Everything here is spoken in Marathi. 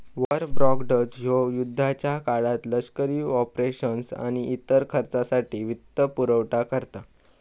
वॉर बॉण्ड्स ह्यो युद्धाच्या काळात लष्करी ऑपरेशन्स आणि इतर खर्चासाठी वित्तपुरवठा करता